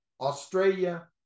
Australia